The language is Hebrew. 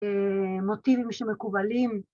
‫מוטיבים שמקובלים.